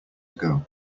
ago